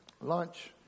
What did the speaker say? lunch